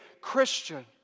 Christian